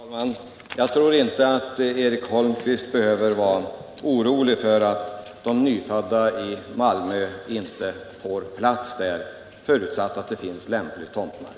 Herr talman! Jag tror inte att Eric Holmqvist behöver vara orolig för att de nyfödda i Malmö inte får plats att bo där — förutsatt att det finns lämplig tomtmark.